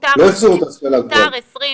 כבר לא מדברים אתנו על N,